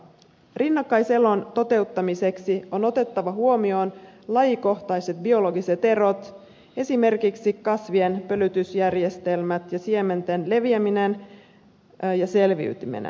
rinnakkaiselon toteuttamiseksi on otettava huomioon lajikohtaiset biologiset erot esimerkiksi kasvien pölytysjärjestelmät ja siementen leviäminen ja selviytyminen